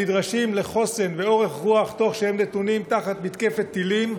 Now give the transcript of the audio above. הנדרשים לחוסן ולאורך רוח תוך שהם נתונים תחת מתקפת טילים,